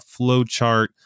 flowchart